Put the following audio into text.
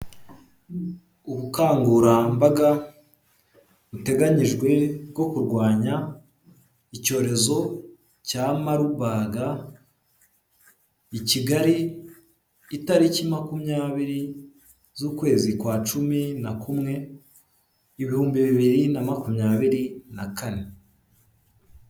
Ubukangurambaga buteganyijwe bwo kurwanya icyorezo cya marubaga i Kigali itariki makumyabiri z'ukwezi kwa cumi na kumwe ibihumbi bibiri na makumyabiri na kane.